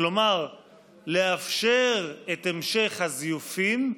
כלומר לאפשר את המשך הזיופים,